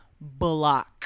Bullock